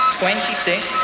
twenty-six